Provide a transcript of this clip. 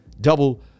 double